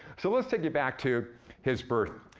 so let's take you back to his birth.